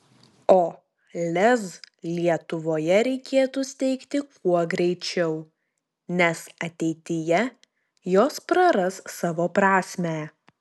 o lez lietuvoje reikėtų steigti kuo greičiau nes ateityje jos praras savo prasmę